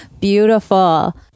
Beautiful